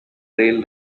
rail